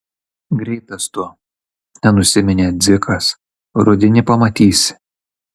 greitas tu nenusiminė dzikas rudenį pamatysi